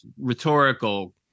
rhetorical